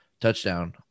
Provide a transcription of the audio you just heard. touchdown